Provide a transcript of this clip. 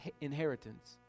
inheritance